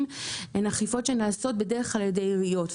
הן אכיפות שבדרך כלל נעשות על ידי עיריות.